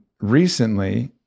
recently